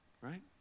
Right